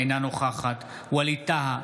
אינה נוכחת ווליד טאהא,